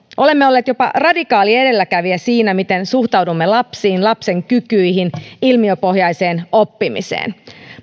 olemme olleet jopa radikaali edelläkävijä siinä miten suhtaudumme lapsiin lapsen kykyihin ilmiöpohjaiseen oppimiseen